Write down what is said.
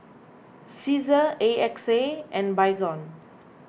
Cesar A X A and Baygon